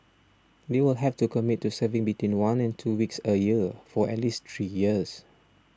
they will have to commit to serving between one and two weeks a year for at least three years